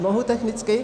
Mohu technicky?